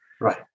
Right